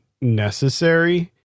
necessary